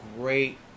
great